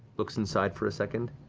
looks inside for a second.